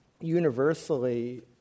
universally